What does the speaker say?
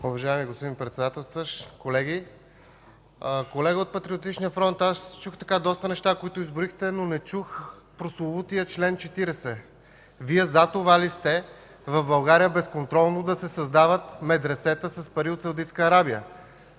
Уважаеми господин Председател, колеги! Колега от Патриотичния фронт, аз чух доста неща, които изброихте, но не чух за прословутия чл. 40. Вие за това ли сте – в България безконтролно да се създават медресета с пари от Саудитска Арабия?